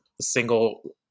single